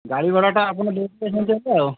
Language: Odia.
ଗାଡ଼ି ଭଡ଼ାଟା ଆପଣ ଦେଇଦେଇ ଥାନ୍ତେ ତ ଆଉ